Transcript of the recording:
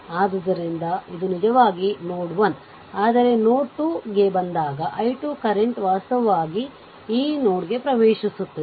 ಆದ್ದರಿಂದ ಇದು ನಿಜವಾಗಿ ನೋಡ್ 1 ಆದರೆ ನೋಡ್ 2 ಗೆ ಬಂದಾಗ i 2 ಕರೆಂಟ್ ವಾಸ್ತವವಾಗಿ ಈ ನೋಡ್ಗೆ ಪ್ರವೇಶಿಸುತ್ತದೆ